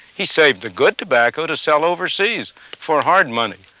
he saved the good tobacco to sell overseas for hard money.